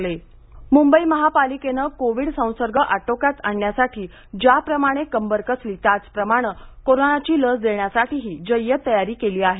corona Mumbai Mumbai महापालिकेनं covid संसर्ग आटोक्यात आणण्यासाठी ज्याप्रमाणे कंबर कसली त्याचप्रमाणे कोरोनाची लस देण्यासाठीही जय्यत तयारी केली आहे